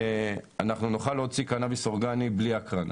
נוכל להוציא קנאביס אורגני בלי הקרנה.